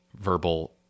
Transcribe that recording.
verbal